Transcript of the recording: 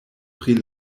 pri